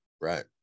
right